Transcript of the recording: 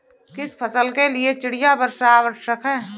किस फसल के लिए चिड़िया वर्षा आवश्यक है?